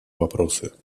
вопросы